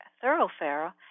thoroughfare